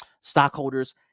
stockholders